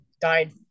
died